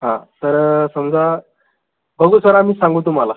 हा तर समजा बघू सर आम्ही सांगू तुम्हाला